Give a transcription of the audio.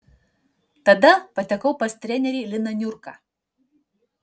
tada patekau pas trenerį liną niurką